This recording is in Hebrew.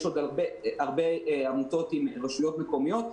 יש עוד הרבה עמותות עם רשויות מקומיות.